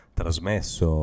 trasmesso